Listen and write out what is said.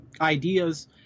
ideas